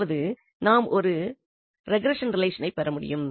அதாவது நாம் ஒரு ரெகரன்ஸ் ரிலேஷனைப் பெறமுடியும்